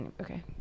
okay